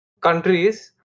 countries